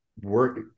work